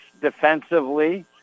defensively